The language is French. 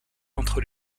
entre